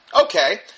Okay